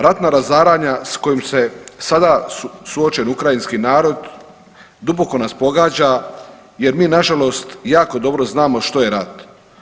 Ratna razaranja s kojim se sada suočen ukrajinski narod duboko nas pogađa jer mi nažalost jako dobro znamo što je rat.